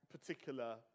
particular